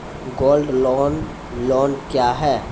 Gold loan loan क्या हैं?